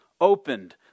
opened